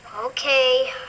Okay